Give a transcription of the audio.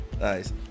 Nice